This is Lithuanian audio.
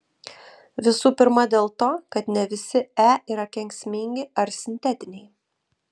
visų pirma dėl to kad ne visi e yra kenksmingi ar sintetiniai